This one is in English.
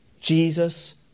Jesus